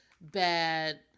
bad